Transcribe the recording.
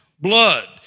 Blood